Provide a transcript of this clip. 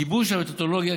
גיבוש המתודולוגיה,